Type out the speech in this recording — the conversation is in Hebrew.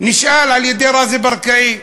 נשאל על-ידי רזי ברקאי: